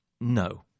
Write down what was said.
No